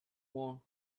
world